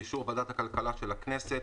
(באישור ועדת הכלכלה של הכנסת),